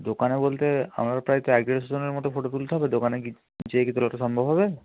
দোকানে বলতে আমাদের প্রায় তো এক দেড়শো জনের মতো ফটো তুলতে হবে দোকানে গিয়ে কি তোলাটা সম্ভব হবে